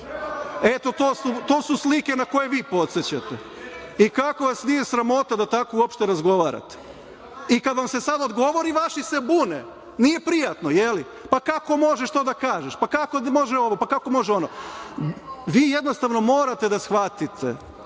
To su slike na koje vi podsećate. Kako vas nije sramota da tako uopšte razgovarate? Kada vam se sad odgovori, vaši se bune. Nije prijatno, jel? Pa kako možeš to da kažeš, kako može ovo, kako može ono? Vi jednostavno morate da shvatite